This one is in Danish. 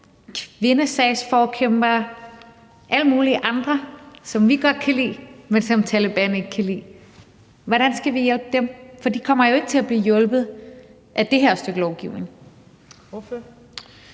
kvindesagsforkæmpere, alle mulige andre, som vi godt kan lide, men som Taleban ikke kan lide. Hvordan skal vi hjælpe dem, for de kommer jo ikke til at blive hjulpet af det her stykke lovgivning?